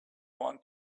want